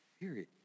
Period